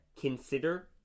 consider